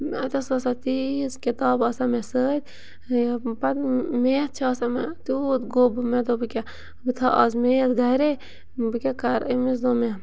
اَتنَس آسان تیٖژ کِتاب آسان مےٚ سۭتۍ یہِ پَتہٕ میتھ چھِ آسان مےٚ تیوٗت گوٚب مےٚ دوٚپ بہٕ کیٛاہ بہٕ تھاو آز میتھ گَرے بہٕ کیٛاہ کَرٕ أمِس دوٚپ مےٚ